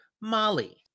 molly